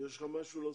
יש לך מה להוסיף?